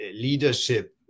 leadership